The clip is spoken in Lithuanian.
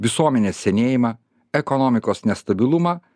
visuomenės senėjimą ekonomikos nestabilumą